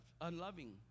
unloving